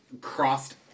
crossed